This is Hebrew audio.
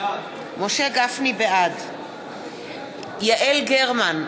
בעד יעל גרמן,